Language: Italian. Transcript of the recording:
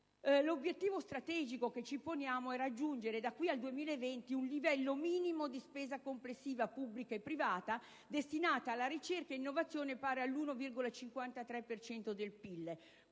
L'obiettivo strategico che ci poniamo è raggiungere da qui al 2020 un livello minimo di spesa complessiva, pubblica e privata, destinata alla ricerca e innovazione pari all' 1,53 per